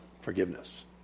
forgiveness